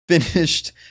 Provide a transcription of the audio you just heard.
Finished